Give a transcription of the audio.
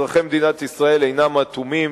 אזרחי מדינת ישראל אינם אטומים,